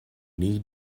need